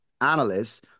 analysts